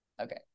Okay